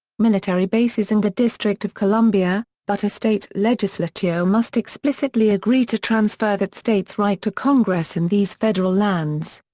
military bases and the district of columbia, but a state legislature must explicitly agree to transfer that states right to congress in these federal lands.